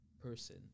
person